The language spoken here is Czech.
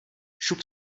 šup